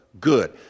good